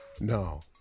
No